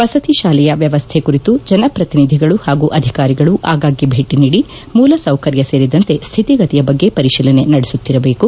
ವಸತಿ ಶಾಲೆಯ ವ್ಯವಸ್ಥೆ ಕುರಿತು ಜನಪ್ರಶಿನಿಧಿಗಳು ಪಾಗೂ ಅಧಿಕಾರಿಗಳು ಆಗಾಗ್ಗೆ ಭೇಟ ನೀಡಿ ಮೂಲಸೌಕರ್ಯ ಸೇರಿದಂತೆ ಸ್ಥಿತಿಗತಿಯ ಬಗ್ಗೆ ಪರಿಶೀಲನೆ ನಡೆಸುತ್ತಿರಬೇಕು